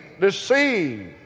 deceived